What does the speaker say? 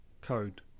code